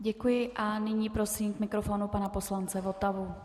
Děkuji a nyní prosím k mikrofonu pana poslance Votavu.